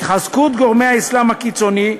התחזקות גורמי האסלאם הקיצוני,